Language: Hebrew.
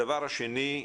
הדבר השני,